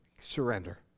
surrender